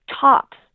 tops